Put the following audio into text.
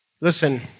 Listen